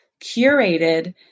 curated